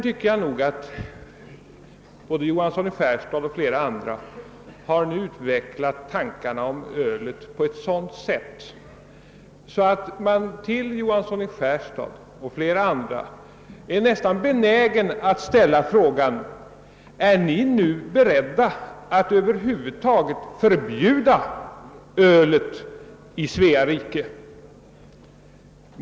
Både herr Johansson i Skärstad och andra har nu utvecklat tankarna om ölet på ett sådant sätt att man nästan är benägen att ställa frågan till dem om de är beredda att över huvud taget förbjuda ölet i Svea rike.